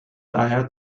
daher